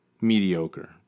mediocre